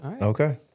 Okay